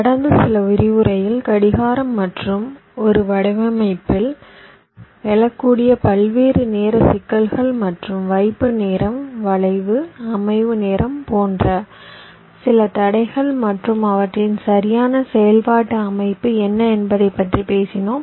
கடந்த சில விரிவுரையில் கடிகாரம் மற்றும் ஒரு வடிவமைப்பில் எழக்கூடிய பல்வேறு நேர சிக்கல்கள் மற்றும் வைப்பு நேரம் வளைவு அமைவு நேரம் போன்ற சில தடைகள் மற்றும் அவற்றின் சரியான செயல்பாட்டு அமைப்பு என்ன என்பதைப் பற்றி பேசினோம்